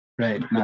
Right